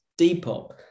Depop